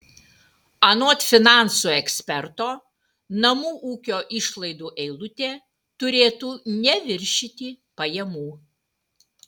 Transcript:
anot finansų eksperto namų ūkio išlaidų eilutė turėtų neviršyti pajamų